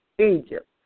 Egypt